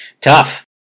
Tough